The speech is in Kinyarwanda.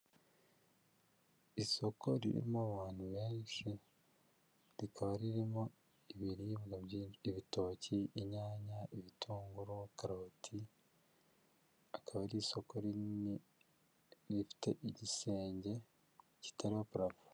Isoko ririmo abantu benshi, rikaba ririmo ibiribwa ibitoki, inyanya, ibitunguru, karoti akaba ari isoko rinini rifite igisenge kitarimo parafo.